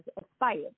expired